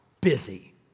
busy